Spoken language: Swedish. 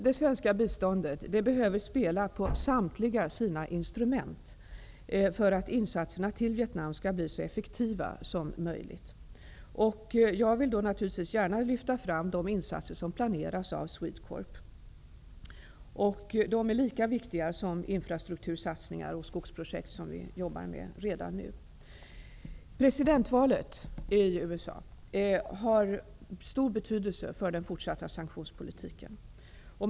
Det svenska biståndet behöver spela på samtliga sina instrument för att insatserna i Vietnam skall bli så effektiva som möjligt. Jag vill naturligtvis gärna lyfta fram de insatser som planeras av SwedeCorp. De är lika viktiga som de infrastruktursatsningar och skogsprojekt som vi jobbar med redan nu. Presidentvalet i USA har stor betydelse för den fortsatta sanktionspolitiken.